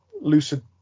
lucid